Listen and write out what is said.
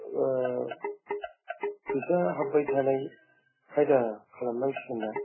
फैसा हाब्बाय थानाय खायदा खालामनांसिगोन ना